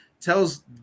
tells